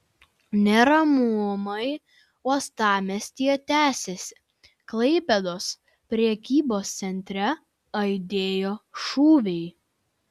neramumai uostamiestyje tęsiasi klaipėdos prekybos centre aidėjo šūviai